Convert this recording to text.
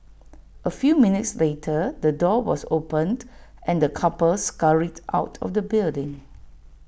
A few minutes later the door was opened and the couple scurried out of the building